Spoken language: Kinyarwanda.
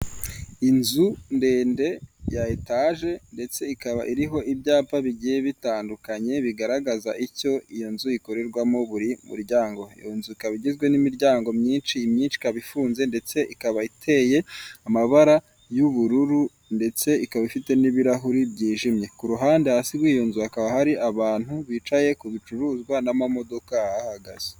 Inzu ndende ya etaje ndetse ikaba iriho ibyapa bigiye bitandukanye bigaragaza icyo iyo nzu ikorerwamo buri muryango, iyo inzu ikaba igizwe n'imiryango myinshi imyinshi ikaba ifunze ndetse ikaba iteye amabara y'ubururu ndetse ikaba ifite n'ibirahuri byijimye, ku ruhande hasi rwiyo nzu hakaba hari abantu bicaye ku bicuruzwa n'amamodoka ahahagaze.